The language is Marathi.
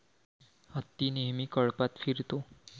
हत्ती नेहमी कळपात फिरतो